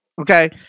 Okay